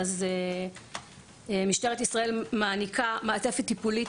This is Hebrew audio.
אז משטרת ישראל מעניקה מעטפת טיפולית